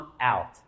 out